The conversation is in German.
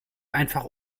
einfach